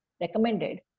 recommended